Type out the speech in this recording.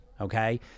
okay